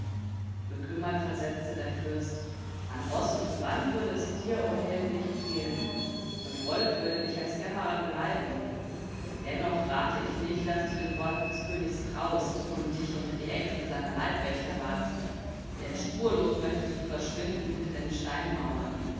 bekümmert versetzte der fürst an roß und gewand würde es dir o held nicht fehlen und wolf würde dich als kämmerer geleiten dennoch rate ich nicht daß du den worten des königs trauest und dich unter die äxte seiner leibwächter wagst denn spurlos möchtest du verschwinden hinter den steinmauern